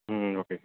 ம் okay sir